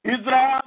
Israel